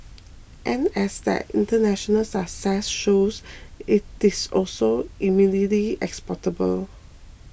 and as their international success shows it is also eminently exportable